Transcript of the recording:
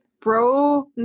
Bro